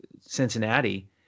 Cincinnati